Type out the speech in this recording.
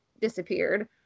disappeared